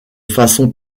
façon